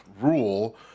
rule